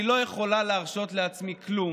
אני לא יכולה להרשות לעצמי כלום,